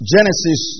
Genesis